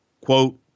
quote